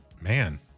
man